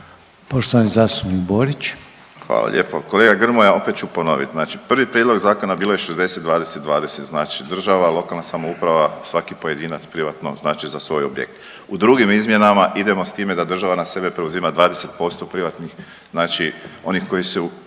**Borić, Josip (HDZ)** Hvala lijepo. Kolega Grmoja, opet ću ponoviti. Znači prvi prijedlog zakona bilo je 60-20-20, znači država, lokalna samouprava, svaki pojedinac privatno znači za svoj objekt. U drugim izmjenama idemo s time da država na sebe preuzima 20% privatnih znači onih koji su